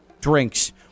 drinks